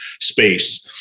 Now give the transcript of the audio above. space